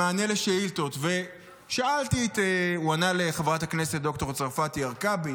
במענה על שאילתות הוא ענה לחברת הכנסת ד"ר צרפתי הרכבי,